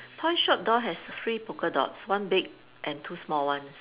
toy shop door has three polka dots one big and two small ones